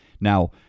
Now